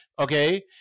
Okay